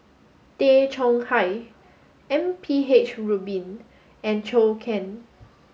Tay Chong Hai M P H Rubin and Zhou Can